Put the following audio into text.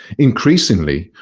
increasingly,